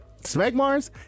smegmars